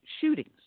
shootings